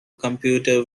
computer